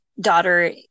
daughter